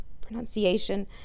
pronunciation